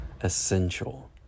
essential